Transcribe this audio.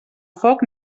foc